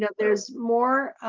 there's more,